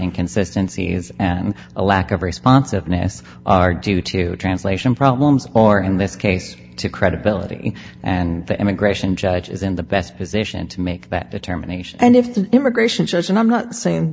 inconsistency is and a lack of responsiveness are due to translation problems or in this case to credibility and the immigration judge is in the best position to make that determination and if the immigration judge and i'm not saying